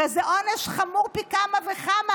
הרי זה עונש חמור פי כמה וכמה.